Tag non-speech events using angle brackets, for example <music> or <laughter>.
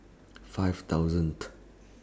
five thousand <noise>